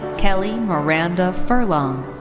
kellie miranda furlong.